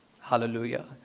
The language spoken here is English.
Hallelujah